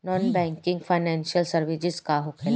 Non banking financial services का होला?